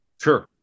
Sure